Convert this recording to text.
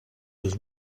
his